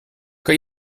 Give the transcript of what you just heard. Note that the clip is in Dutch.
kan